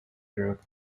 group